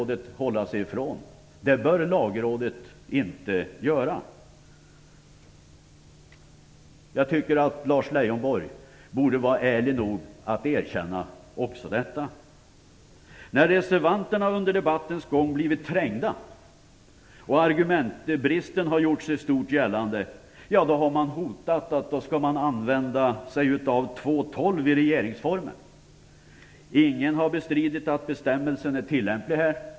Det bör Lagrådet inte göra. Jag tycker att Lars Leijonborg borde vara ärlig nog att erkänna även detta. När reservanterna under debattens gång har blivit trängda och argumentbristen har gjort sig kraftigt gällande, har man hotat med att man skall använda sig av regeringsformen 2:12. Ingen har bestridit att bestämmelsen är tillämplig här.